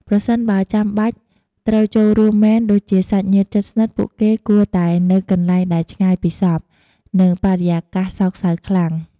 ប្រសិនបើចាំបាច់ត្រូវចូលរួមមែនដូចជា សាច់ញាតិជិតស្និទ្ធ ពួកគេគួរតែនៅកន្លែងដែលឆ្ងាយពីសព និងបរិយាកាសសោកសៅខ្លាំង។